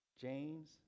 James